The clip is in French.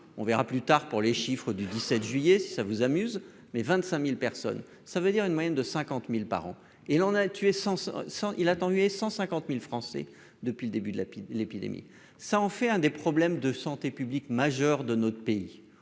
on verra plus tard pour les chiffres du 17 juillet si ça vous amuse, mais 25000 personnes, ça veut dire une moyenne de 50000 par an et il en a tué cent cent il attend, lui et 150000 Français depuis le début de la l'épidémie, ça en fait un des problèmes de santé publique majeur de notre pays